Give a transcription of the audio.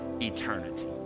eternity